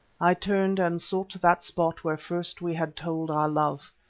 i turned and sought that spot where first we had told our love.